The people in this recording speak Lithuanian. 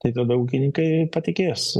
tai tada ūkininkai patikės